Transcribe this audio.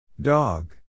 Dog